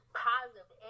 positive